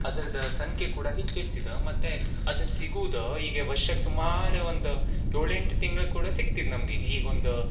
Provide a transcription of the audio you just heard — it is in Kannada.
ಅದ್ರದ್ದು ಸಂಖ್ಯೆ ಕೂಡ ಹೆಚ್ಚು ಇರ್ತಿದೊ ಮತ್ತು ಅದು ಸಿಗುದು ಈಗ ವರ್ಷಕ್ಕೆ ಸುಮಾರು ಒಂದು ಏಳೆಂಟು ತಿಂಗ್ಳಿಗೆ ಕೂಡ ಸಿಗ್ತಿದೆ ನಮ್ಗೆ ಈಗ ಈಗೊಂದ